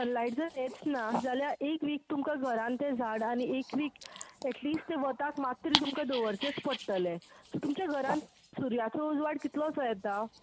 Sunlight जर येयच ना जाल्यार एक वीक तुमकां घरांन तें झाड आनी एक वीक एटलीस्ट वताक तें मात तरी तुमकां दोवरचेंच पडटलें सो तुमच्या घरांत सुर्याचो उजवाड कितलोसो येता